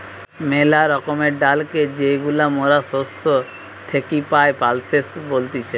মেলা রকমের ডালকে যেইগুলা মরা শস্য থেকি পাই, পালসেস বলতিছে